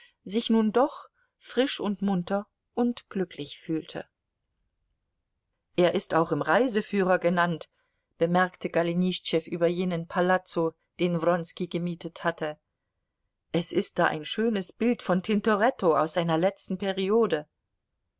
sich nun doch frisch und munter und glücklich fühlte er ist auch im reiseführer genannt bemerkte golenischtschew über jenen palazzo den wronski gemietet hatte es ist da ein schönes bild von tintoretto aus seiner letzten periode